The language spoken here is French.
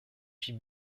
puis